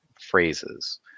phrases